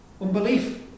unbelief